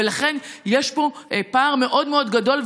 ולכן יש פה פער מאוד מאוד גדול,